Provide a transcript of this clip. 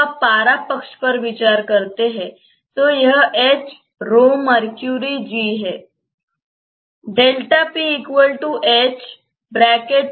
जब आप पारा पक्ष पर विचार करते है तो यहहैं